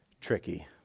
tricky